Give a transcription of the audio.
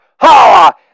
Ha